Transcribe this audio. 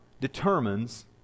determines